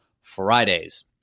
Fridays